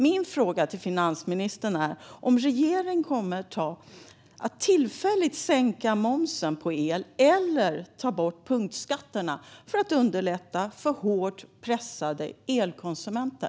Min fråga till finansministern är om regeringen kommer att tillfälligt sänka momsen på el eller ta bort punktskatterna för att underlätta för hårt pressade elkonsumenter.